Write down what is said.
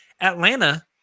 Atlanta